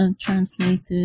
translated